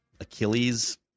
Achilles